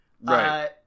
Right